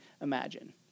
imagine